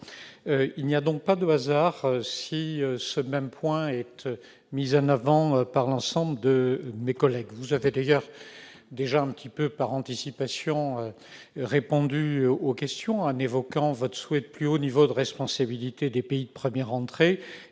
Ce n'est pas un hasard si ce même point est mis en avant par l'ensemble de mes collègues. Vous avez d'ailleurs, par anticipation, répondu aux questions en évoquant votre souhait d'un plus haut niveau de responsabilité des pays de première entrée